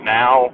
now